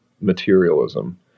materialism